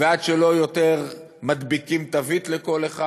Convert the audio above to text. ועד שלא יותר מדביקים תווית לכל אחד,